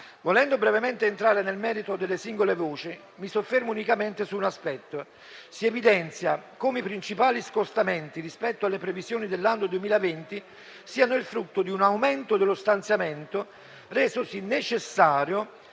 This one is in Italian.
Volendo brevemente entrare nel merito delle singole voci, mi soffermo unicamente su un aspetto. Si evidenzia come i principali scostamenti rispetto alle previsioni dell'anno 2020 siano il frutto di un aumento dello stanziamento resosi necessario